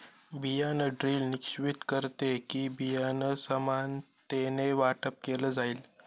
बियाण ड्रिल निश्चित करते कि, बियाणं समानतेने वाटप केलं जाईल